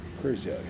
crazy